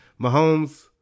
Mahomes